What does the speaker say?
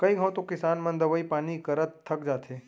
कई घंव तो किसान मन दवई पानी करत थक जाथें